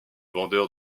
vendeur